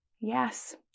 Yes